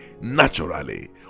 naturally